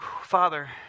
Father